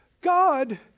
God